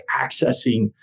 accessing